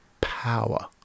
power